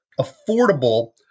affordable